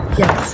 yes